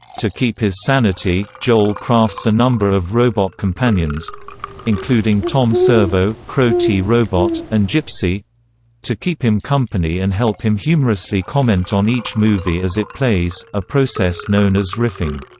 to keep his sanity, joel crafts a number of robot companions including tom servo, crow t. robot, and gypsy to keep him company and help him humorously comment on each movie as it plays, a process known as riffing.